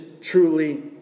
truly